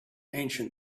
ancient